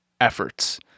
efforts